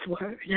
word